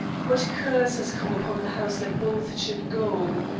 what curse has come upon the house that both should go?